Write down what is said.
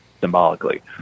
symbolically